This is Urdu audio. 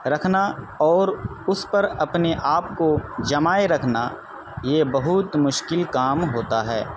رکھنا اور اس پر اپنے آپ کو جمائے رکھنا یہ بہت مشکل کام ہوتا ہے